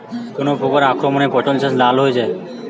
কোন প্রকার আক্রমণে পটল গাছ লাল হয়ে যায়?